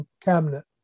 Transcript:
cabinet